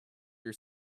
your